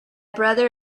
brother